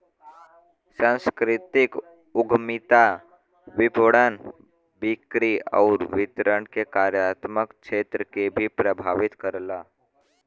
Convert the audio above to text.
सांस्कृतिक उद्यमिता विपणन, बिक्री आउर वितरण के कार्यात्मक क्षेत्र के भी प्रभावित करला